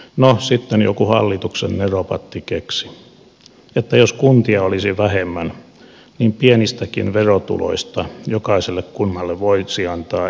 no sitten joku hallituksen neropatti keksi että jos kuntia olisi vähemmän niin pienistäkin verotuloista jokaiselle kunnalle voisi antaa enemmän